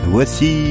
Voici